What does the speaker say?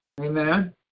amen